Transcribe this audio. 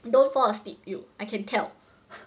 you don't fall asleep you I can tell